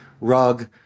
rug